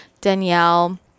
Danielle